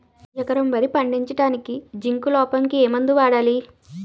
ఎకరం వరి పండించటానికి జింక్ లోపంకి ఏ మందు వాడాలి?